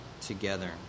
together